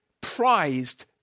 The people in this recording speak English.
prized